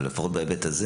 לפחות בהיבט הזה